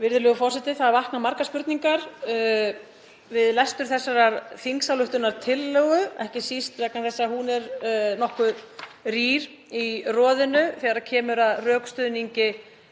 Virðulegur forseti. Margar spurningar vakna við lestur þessarar þingsályktunartillögu, ekki síst vegna þess að hún er nokkuð rýr í roðinu þegar kemur að rökstuðningi